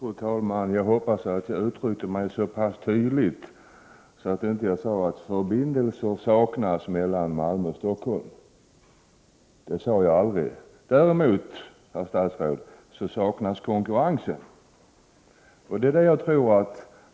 Fru talman! Jag hoppas att jag uttryckte mig så tydligt att man inte kunde uppfatta det så att jag menade att förbindelser mellan Malmö och Stockholm saknas. Det sade jag inte. Däremot, herr statsråd, saknas konkurrensen.